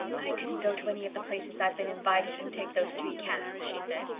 i couldn't go to any of the places i've been invited and take those three cats, she said.